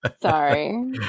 Sorry